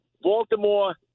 Baltimore